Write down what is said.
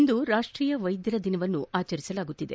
ಇಂದು ರಾಷ್ಟೀಯ ವೈದ್ಯರ ದಿನವನ್ನು ಆಚರಿಸಲಾಗುತ್ತಿದೆ